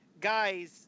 Guys